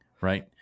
right